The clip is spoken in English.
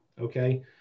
Okay